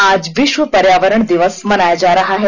आज विश्व पर्यावरण दिवस मनाया जा रहा है